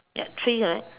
ya three correct